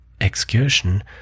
excursion